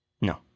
No